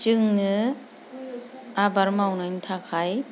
जोंनो आबाद मावनायनि थाखाय